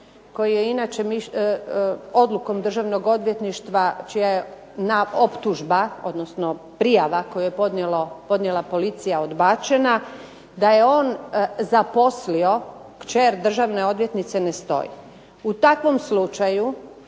koji je inače odlukom Državnog odvjetništva čija je optužba, odnosno prijava koju je podnijela policija odbačena, da je on zaposlio kćer državne odvjetnice ne stoji. U takvom slučaju